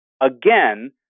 again